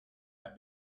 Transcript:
and